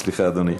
סליחה, אדוני.